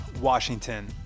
Washington